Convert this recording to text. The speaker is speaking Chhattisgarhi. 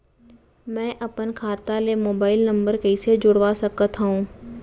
मैं अपन खाता ले मोबाइल नम्बर कइसे जोड़वा सकत हव?